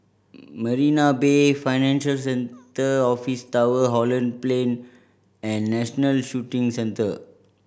Marina Bay Financial Centre Office Tower Holland Plain and National Shooting Centre